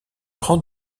prends